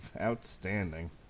Outstanding